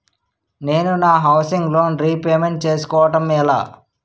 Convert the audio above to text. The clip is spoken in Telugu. నేను నా హౌసిగ్ లోన్ రీపేమెంట్ చేసుకోవటం ఎలా?